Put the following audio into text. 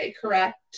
correct